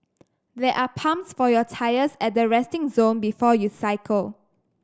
there are pumps for your tyres at the resting zone before you cycle